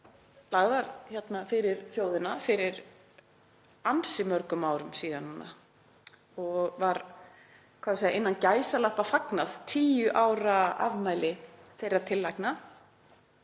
lagðar fyrir þjóðina fyrir ansi mörgum árum síðan og var fyrir skömmu „fagnað“ tíu ára afmæli þeirra tillagna.